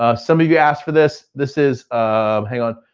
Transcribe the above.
ah some of you asked for this, this is, um hang on.